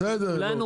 בסדר, נו.